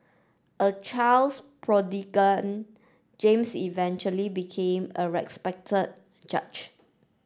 a child prodigy James eventually became a respected judge